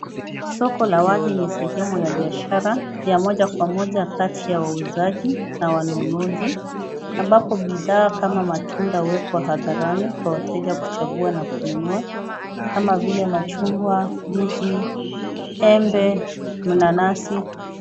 Soko la wazi ni sehemu ya biashara ya moja kwa moja kati ya wauzaji na wanunuzi, ambapo bidhaa kama matunda huwekwa hadharani kwa wateja kuchagua na kununua, kama vile machungwa, ndizi, embe, mananasi.